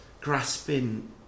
grasping